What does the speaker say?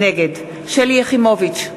נגד שלי יחימוביץ,